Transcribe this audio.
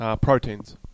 proteins